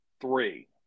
three